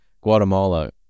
Guatemala